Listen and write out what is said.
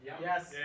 Yes